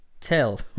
tell